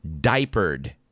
diapered